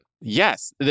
Yes